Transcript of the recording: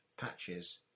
patches